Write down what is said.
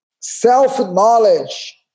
Self-knowledge